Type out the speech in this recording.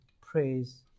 praise